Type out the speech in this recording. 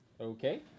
Okay